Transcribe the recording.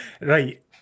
Right